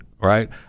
right